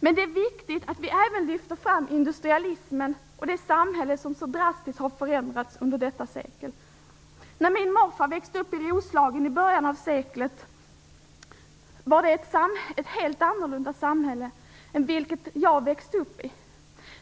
Men det är viktigt att vi även lyfter fram industrialismen och det samhälle som så drastiskt har förändrats under detta sekel. När min morfar växte upp i Roslagen i början av seklet var det ett helt annorlunda samhälle än det jag växte upp i.